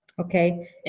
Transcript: Okay